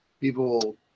People